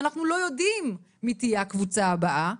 ואנחנו לא יודעים מי תהיה הקבוצה הבאה,